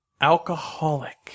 alcoholic